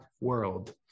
world